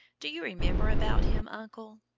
do you remember about him, uncle?